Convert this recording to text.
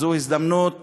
זו הזדמנות